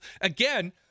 again